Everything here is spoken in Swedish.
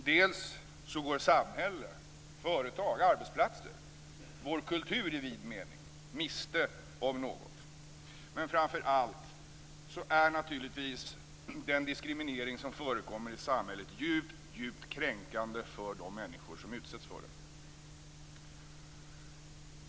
Dels går samhälle, företag, arbetsplatser och vår kultur i vid mening miste om något, men framför allt är naturligtvis den diskriminering som förekommer i samhället djupt kränkande för de människor som utsätts för den.